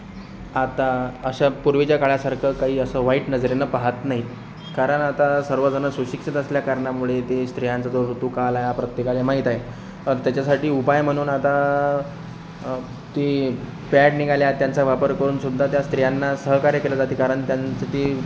आता अशा पूर्वीच्या काळासारखं काही असं वाईट नजरेनं पाहत नाही कारण आता सर्व जण सुशिक्षित असल्याकारणामुळे ते स्त्रियांचा जो ऋतूकाल आहे हा प्रत्येकाला माहीत आहे आणि त्याच्यासाठी उपाय म्हणून आता ते पॅड निघाले आहेत त्यांचा वापर करूनसुद्धा त्या स्त्रियांना सहकार्य केलं जातं कारण त्यांचं ते